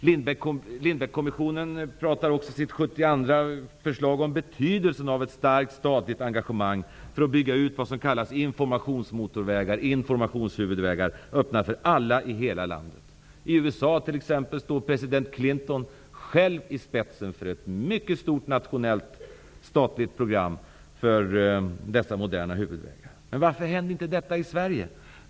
Lindbeckkommissionen talar också i sitt 72:a förslag om betydelsen av ett starkt statligt engagemang för att bygga ut vad som kallas informationshuvudvägar som är öppna för alla i hela landet. I USA står t.ex. president Clinton själv i spetsen för ett mycket stort nationellt statligt program för dessa moderna huvudvägar. Varför händer inte detta i Sverige?